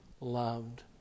loved